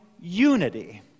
unity